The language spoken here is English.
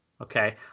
okay